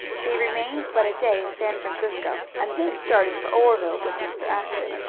they remained but a day in san francisco, and then started for oreville with mr. ashton.